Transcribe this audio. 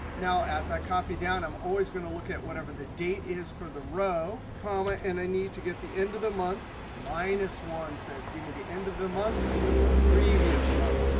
now, as i copy down, i'm always going to look at whatever the date is for the row, comma. and i need to get the end of the month. minus one says give me the end of the month from the previous month.